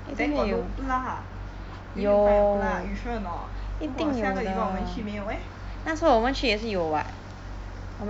then got no plug you need to find your plug you sure or not 上个礼拜我们去没有 meh